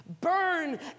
burn